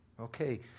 Okay